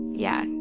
yeah,